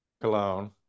cologne